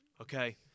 okay